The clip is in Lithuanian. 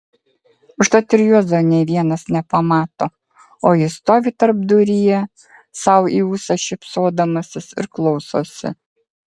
užtat ir juozo nė vienas nepamato o jis stovi tarpduryje sau į ūsą šypsodamasis ir klausosi